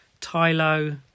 Tylo